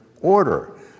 order